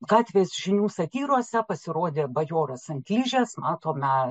gatvės žinių satyrose pasirodė bajoras ant ližės matome